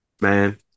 Man